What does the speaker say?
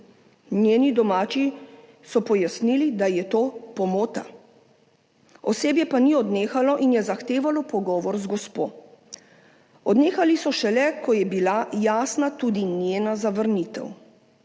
Njeni domači so pojasnili, da je to pomota, osebje pa ni odnehalo in je zahtevalo pogovor z gospo. Odnehali so šele, ko je bila jasna tudi njena zavrnitev.